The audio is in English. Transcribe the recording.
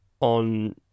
on